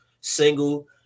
single